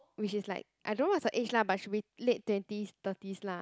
which is like I don't know what's her age lah but should be late twenties thirties lah